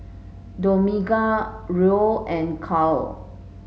Dominga Roel and Carl